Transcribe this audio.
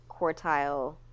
quartile